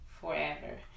forever